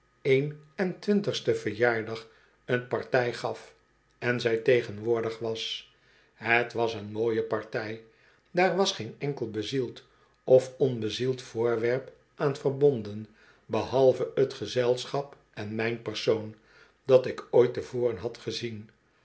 een en twintigsten verjaardag een partij gaf en zij tegenwoordig was het was een mooie partij daar was geen enkel bezield of onbezield voorwerp aan verbonden behalve t gezelschap en mijn persoon dat ik ooit te voren had gezien